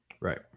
Right